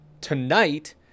tonight